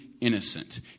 innocent